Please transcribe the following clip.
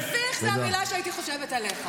הבעיה זאת כריזמה?